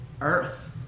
earth